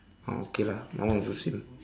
ah okay lah my one also same